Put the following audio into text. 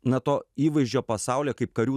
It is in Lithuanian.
na to įvaizdžio pasaulyje kaip karių